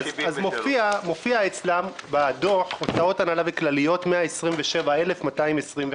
מופיע אצלם בדוח: הוצאות הנהלה וכלליות 127,225 שקל,